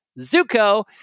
Zuko